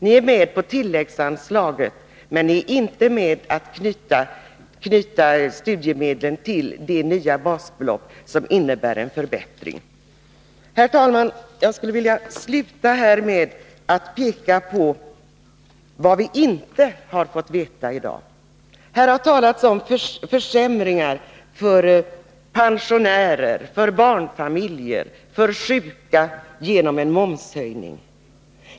Ni är med på tilläggsanslaget, men ni är inte med på att knyta studiemedlen till de nya basbeloppen, som innebär en förbättring. Herr talman! Jag skulle vilja sluta med att peka på vad vi inte har fått veta i dag. Här har det talats om försämringar för pensionärer, barnfamiljer och sjuka till följd av en momshöjning.